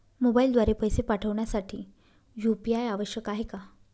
मोबाईलद्वारे पैसे पाठवण्यासाठी यू.पी.आय आवश्यक आहे का?